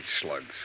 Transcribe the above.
slugs